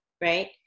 Right